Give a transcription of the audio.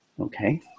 Okay